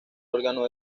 órgano